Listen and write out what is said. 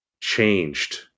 changed